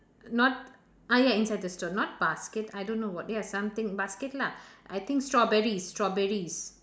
not ah ya inside the store not basket I don't know what ya something basket lah I think strawberries strawberries